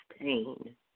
pain